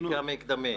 הבדיקה המקדמית.